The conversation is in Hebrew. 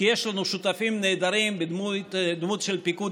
כי יש לנו שותפים נהדרים בדמות פיקוד